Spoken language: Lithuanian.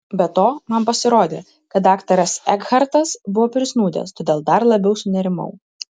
be to man pasirodė kad daktaras ekhartas buvo prisnūdęs todėl dar labiau sunerimau